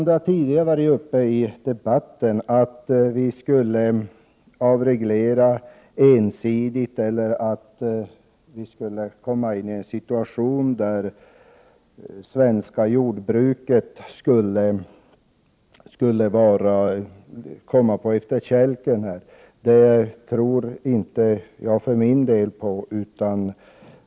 Det har sagts i debatten att vi ensidigt skulle avreglera och att det svenska jordbruket skulle komma på efterkälken. Det tror jag för min del inte på.